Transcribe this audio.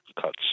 cuts